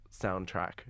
soundtrack